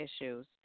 issues